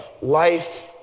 Life